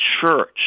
Church